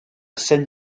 scène